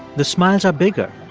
the smiles are bigger.